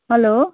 hello